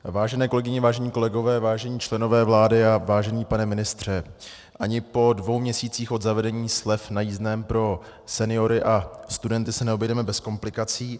Vážené kolegyně, vážení kolegové, vážení členové vlády a vážený pane ministře, ani po dvou měsících od zavedení slev na jízdném pro seniory a studenty se neobejdeme bez komplikací.